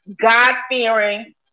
God-fearing